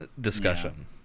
discussion